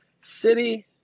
city